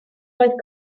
oedd